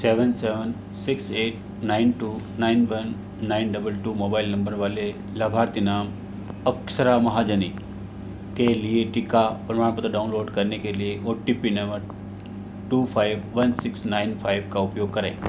seven seven six eight nine two nine one nine double two mobile number वाले लाभार्थी नाम अक्षरा महाजनी के लिए टीका प्रमाणपत्र डाउनलोड करने के लिए O T P number two five one six nine five का उपयोग करें